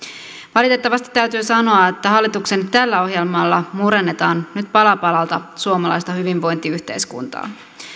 valitettavasti täytyy sanoa että hallituksen tällä ohjelmalla murennetaan nyt pala palalta suomalaista hyvinvointiyhteiskuntaa